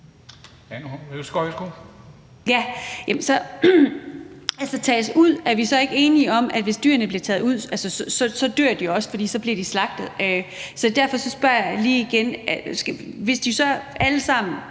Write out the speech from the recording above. Anne Honoré Østergaard (V): Altså, tages ud? Er vi så ikke enige om, at hvis dyrene bliver taget ud, dør de også, for så bliver de slagtet? Derfor spørger jeg lige igen: Hvis de så alle sammen